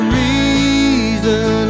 reason